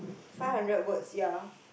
five hundred words ya